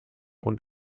und